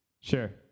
Sure